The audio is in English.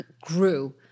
grew